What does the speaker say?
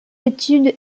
étude